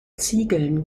ziegeln